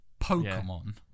Pokemon